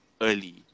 early